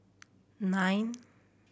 nine